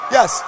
Yes